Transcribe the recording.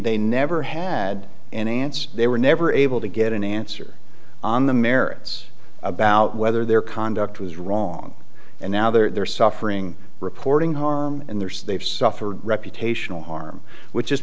they never had an answer they were never able to get an answer on the merits about whether their conduct was wrong and now they're suffering reporting harm and there's they've suffered reputational harm which is